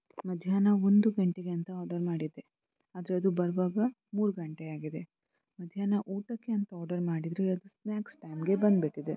ಮಧ್ಯಾಹ್ನ ಒಂದು ಗಂಟೆಗೆ ಅಂತ ಆರ್ಡರ್ ಮಾಡಿದ್ದೆ ಆದರೆ ಅದು ಬರುವಾಗ ಮೂರು ಗಂಟೆ ಆಗಿದೆ ಮಧ್ಯಾಹ್ನ ಊಟಕ್ಕೆ ಅಂತ ಆರ್ಡರ್ ಮಾಡಿದರೆ ಅದು ಸ್ನಾಕ್ಸ್ ಟೈಮ್ಗೆ ಬಂದುಬಿಟ್ಟಿದೆ